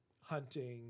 hunting